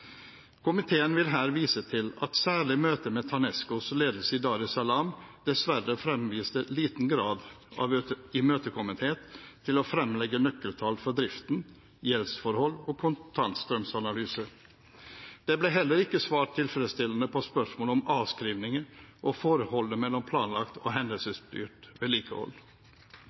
Komiteen vil her vise til at særlig møtet med TANESCOs ledelse i Dar-es-Salaam dessverre fremviste liten grad av imøtekommenhet til å fremlegge nøkkeltall for driften, gjeldsforhold og kontantstrømanalyser. Det ble heller ikke svart tilfredsstillende på spørsmål om avskrivinger og forholdet mellom planlagt og